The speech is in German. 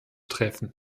treffen